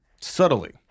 Subtly